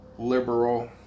liberal